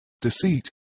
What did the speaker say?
deceit